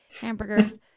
hamburgers